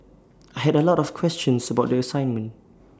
I had A lot of questions about the assignment